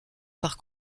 par